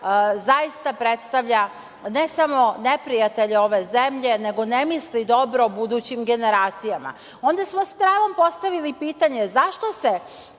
zaista predstavlja ne samo neprijatelje ove zemlje, nego ne misli dobro budućim generacijama. Onda smo s pravom postavili pitanje – zašto se